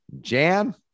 jan